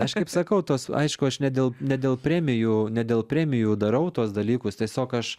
aš kaip sakau tuos aišku aš ne dėl ne dėl premijų ne dėl premijų darau tuos dalykus tiesiog aš